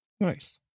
Nice